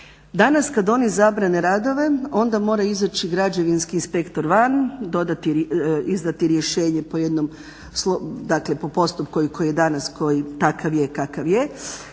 Danas kad oni zabrane radove onda mora izaći građevinski inspektor van, izdati rješenje po jednom, dakle po postupku koji je danas koji takav je kakav je.